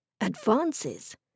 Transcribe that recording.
Advances